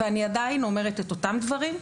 ואני עדיין אומרת את אותם דברים,